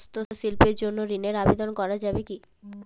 হস্তশিল্পের জন্য ঋনের আবেদন করা যাবে কি?